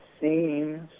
seems